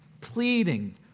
pleading